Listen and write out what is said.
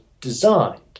designed